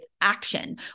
action